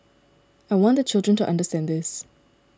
I want the children to understand this